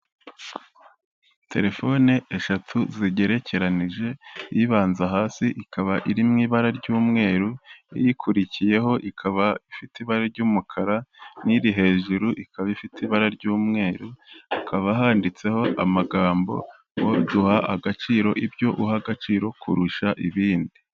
Telefone eshatu zigerekeranije, iyibanza hasi ikaba iri mu ibara ry'umweru, iyikurikiyeho ikaba ifite ibara ry'umukara, n'iri hejuru ikaba ifite ibara ry'umweru, hakaba handitseho amagambo ngo duha agaciro ibyo uha agaciro kurusha ibindi.